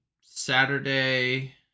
Saturday